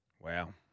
Wow